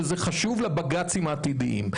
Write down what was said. וזה חשוב לבג"צים העתידיים,